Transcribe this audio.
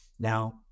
Now